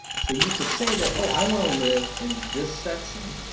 so you could say that oh, i want to live in this section,